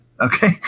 Okay